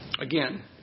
Again